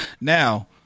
Now